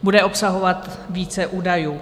Bude obsahovat více údajů.